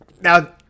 Now